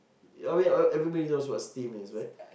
I mean all everybody know what steam is right